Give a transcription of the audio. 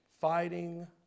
fighting